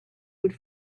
would